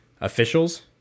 officials